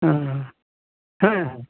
ᱚ ᱦᱮᱸ